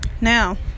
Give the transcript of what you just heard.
now